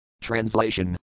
Translation